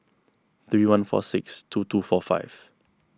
three one four six two two four five